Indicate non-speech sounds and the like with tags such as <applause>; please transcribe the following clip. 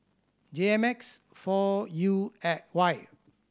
J M X four U <unintelligible> Y